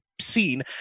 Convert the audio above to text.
seen